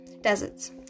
deserts